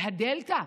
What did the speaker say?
זה הדלתא.